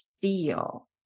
feel